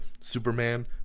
Superman